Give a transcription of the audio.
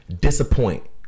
disappoint